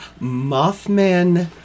Mothman